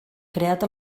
creat